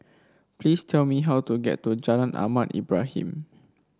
please tell me how to get to Jalan Ahmad Ibrahim